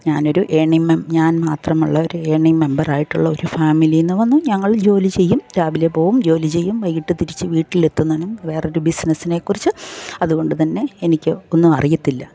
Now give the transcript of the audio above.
ഞാനൊരു ഏർണിങ്ങ് ഞാൻ മാത്രമുള്ള ഒരു ഏർണിങ്ങ് മെമ്പർ ആയിട്ടുള്ള ഒരു ഫാമിലിയിൽനിന്ന് വന്ന് ഞങ്ങൾ ജോലി ചെയ്യും രാവിലെ പോവും ജോലി ചെയ്യും വൈകിട്ട് തിരിച്ച് വീട്ടിലെത്തുന്നതും വേറൊരു ബിസിനസ്സിനെ കുറിച്ച് അതുകൊണ്ട് തന്നെ എനിക്ക് ഒന്നും അറിയത്തില്ല